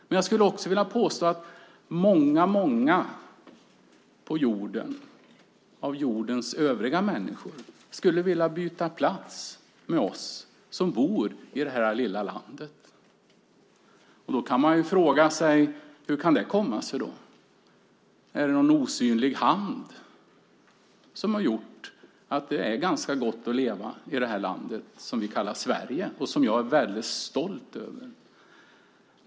Men jag skulle också vilja påstå att många av jordens övriga människor skulle vilja byta plats med oss som bor i det här lilla landet. Hur kan det komma sig? Är det någon osynlig hand som har gjort det ganska gott att leva i det här landet som vi kallar Sverige och som jag är väldigt stolt över?